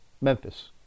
Memphis